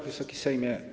Wysoki Sejmie!